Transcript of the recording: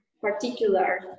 particular